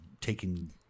taking